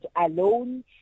alone